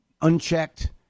unchecked